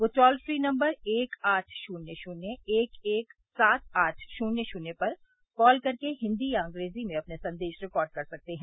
वे toll free number एक आठ शून्य शून्य एक एक सात आठ शून्य शून्य पर कॉल करके हिन्दी या अंग्रेजी में अपने संदेश रिकॉर्ड कर सकते हैं